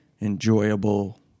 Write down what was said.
enjoyable